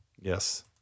Yes